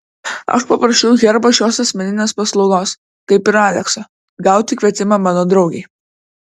aš paprašiau herbo šios asmeninės paslaugos kaip ir alekso gauti kvietimą mano draugei